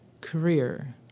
career